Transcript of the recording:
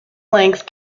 length